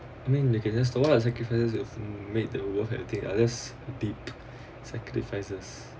I mean they can just what are sacrifices that you have made worth it are there deep sacrifices